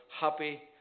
happy